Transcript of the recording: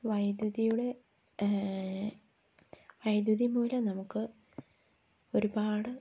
വൈദ്യുതിയുടെ വൈദ്യുതി മൂലം നമുക്ക് ഒരുപാട്